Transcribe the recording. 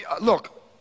look